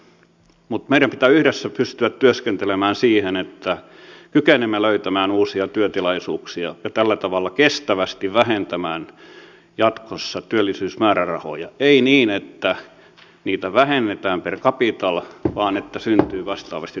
mutta meidän pitää yhdessä pystyä työskentelemään sen eteen että kykenemme löytämään uusia työtilaisuuksia ja tällä tavalla kestävästi vähentämään jatkossa työllisyysmäärärahoja ei niin että niitä vähennetään per capita vaan että syntyy vastaavasti työpaikkoja